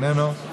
איננו,